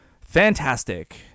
fantastic